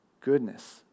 goodness